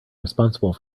responsible